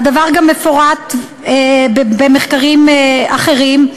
והדבר גם מפורט במחקרים אחרים,